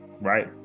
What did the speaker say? right